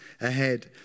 ahead